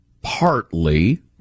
Partly